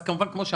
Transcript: אז כמו שאמרתי,